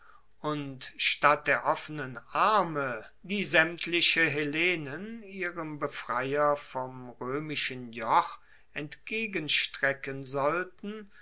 und statt der offenen arme die saemtliche hellenen ihrem befreier vom roemischen joch entgegenstrecken sollten